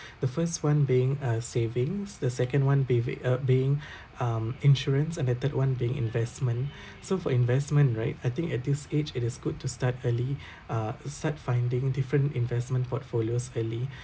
the first one being uh savings the second one be with uh being um insurance and the third one being investment so for investment right I think at this age it is good to start early uh set finding different investment portfolios early